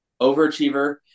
Overachiever